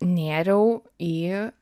nėriau į